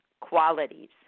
qualities